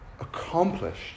accomplished